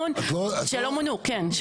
שלא מונו, כן.